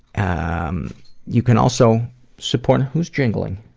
ah um you can also support who's jingling?